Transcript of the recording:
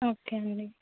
okay అండి